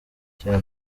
cya